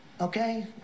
Okay